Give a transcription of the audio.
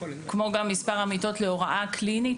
כמו גם מספר המיטות להוראה קלינית,